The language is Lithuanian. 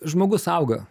žmogus auga